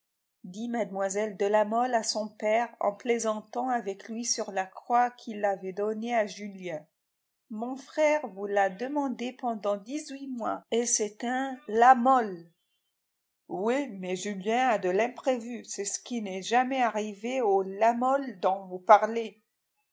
dit mlle de la mole à son père en plaisantant avec lui sur la croix qu'il avait donnée à julien mon frère vous l'a demandée pendant dix-huit mois et c'est un la mole oui mais julien a de l'imprévu c'est ce qui n'est jamais arrivé au la mole dont vous me parlez